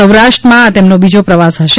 સૌરાષ્ટ્રમાં આ તેમનો બીજો પ્રવાસ હશે